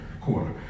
corner